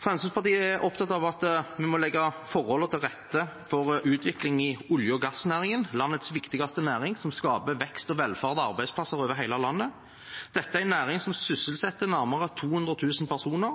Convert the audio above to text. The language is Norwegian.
Fremskrittspartiet er opptatt av at vi må legge forholdene til rette for utvikling i olje- og gassnæringen – landets viktigste næring, som skaper vekst og velferd og arbeidsplasser over hele landet. Dette er en næring som sysselsetter nærmere 200 000 personer,